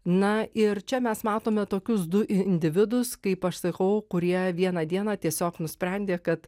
na ir čia mes matome tokius du individus kaip aš sakau kurie vieną dieną tiesiog nusprendė kad